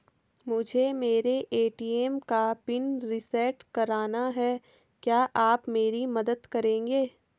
मुझे मेरे ए.टी.एम का पिन रीसेट कराना है क्या आप मेरी मदद करेंगे?